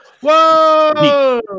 Whoa